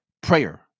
prayer